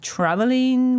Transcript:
Traveling